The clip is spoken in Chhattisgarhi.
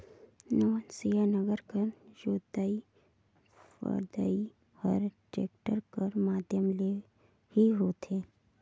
नवनसिया नांगर कर जोतई फदई हर टेक्टर कर माध्यम ले ही होथे